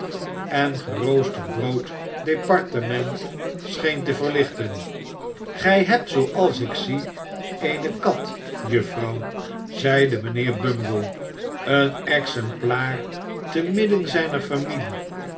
en geroosterdbrood departement scheen te verlichten gij hebt zooals ik zie eene kat juffrouw zeide mijnheer bumble een exemplaar te midden zijner familie